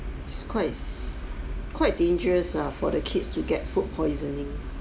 it's quite se~ quite dangerous ah for the kids to get food poisoning